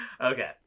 Okay